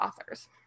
authors